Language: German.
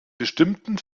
bestimmten